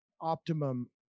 optimum